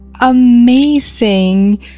amazing